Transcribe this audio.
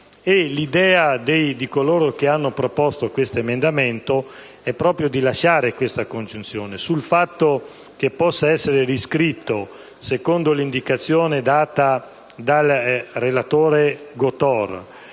L'idea di coloro che hanno proposto questo emendamento è proprio di lasciare questa congiunzione. Sul fatto che l'emendamento possa essere riscritto, secondo l'indicazione del relatore Gotor